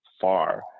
far